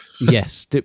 Yes